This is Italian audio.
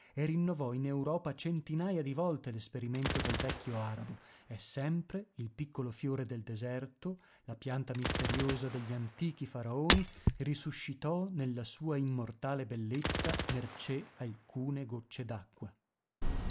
e rinnovò in europa centinaia di volte l'esperimento del vecchio arabo e sempre il piccolo fiore del deserto la pianta misteriosa degli antichi faraoni risuscitò nella sua immortale bellezza mercé alcune gocce